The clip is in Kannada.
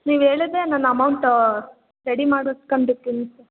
ನೀವು ಹೇಳಿದ್ರೆ ನಾನು ಅಮೌಂಟು ರೆಡಿ ಮಾಡಿ ಇಟ್ಕೊಂಡಿರ್ತೀನಿ ಸರ್